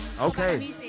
Okay